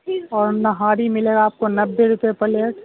اور نہاری ملے گا آپ کو نبے روپئے پلیٹ